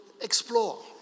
explore